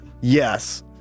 yes